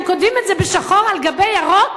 הם כותבים את זה בשחור על גבי ירוק.